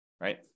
right